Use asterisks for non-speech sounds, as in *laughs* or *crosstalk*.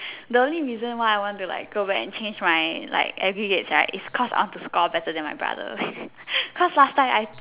the only reason why I want to like go back and change my like aggregates right it's cause I want to score better than my brother *laughs* cause last time I